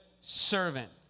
servant